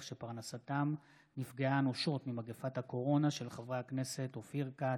מהיר בהצעתם של חברי הכנסת מופיד מרעי,